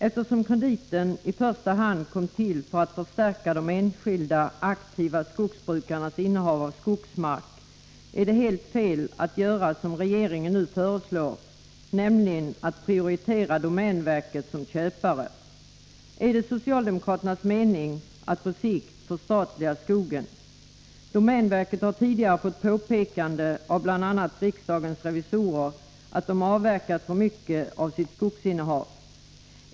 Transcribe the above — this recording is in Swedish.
Eftersom den i första hand kom till för att förstärka de enskilda aktiva skogsbrukarnas innehav av skogsmark är det helt fel att göra som regeringen nu föreslår, nämligen att prioritera domänverket som köpare. Är det socialdemokraternas mening att på sikt förstatliga skogen? Domänverket har tidigare fått påpekanden av bl.a. riksdagens revisorer om att man avverkat för mycket av sitt skogsinnehav.